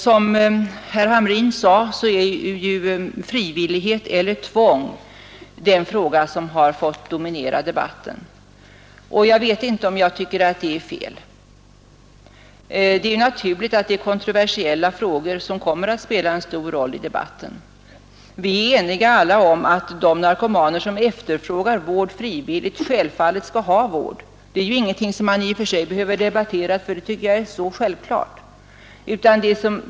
Som herr Hamrin sade är frivillighet eller tvång den fråga som har fått dominera debatten. Jag vet inte om jag tycker att det är fel. Det är naturligt att det är kontroversiella frågor som kommer att spela en stor roll i debatten. Vi är alla eniga om att de narkomaner som frivilligt efterfrågar vård självfallet skall ha vård. Det är ingenting som man i och för sig behöver debattera, ty det tycker jag är så självklart.